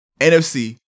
NFC